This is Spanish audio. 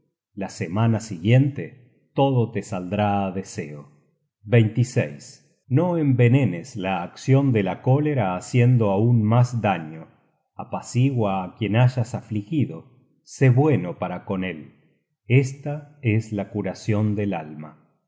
la semana siguiente todo te saldrá á deseo content from google book search generated at no envenenes la accion de la cólera haciendo aun mas daño apacigua á quien hayas afligido sé bueno para con él esta es la curacion del alma